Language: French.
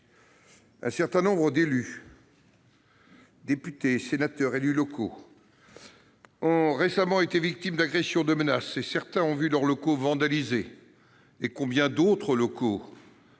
Un certain nombre d'élus- députés, sénateurs, élus locaux -ont récemment été victimes d'agressions ou de menaces. Certains ont vu leurs locaux vandalisés. Je veux